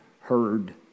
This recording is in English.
heard